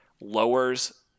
lowers